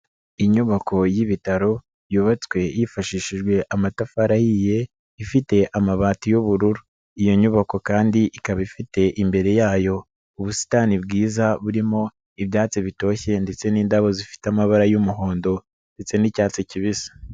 Inyubako y'ibitaro yubatswe yifashishijwe amatafari ahiye ifite amabati y'ubururu, iyo nyubako kandi ikaba ifite imbere yayo ubusitani bwiza burimo ibyatsi bitoshye ndetse n'indabo zifite amabara y'umuhondo ndetse n'icyatsi kibisi.